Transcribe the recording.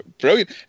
brilliant